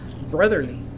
brotherly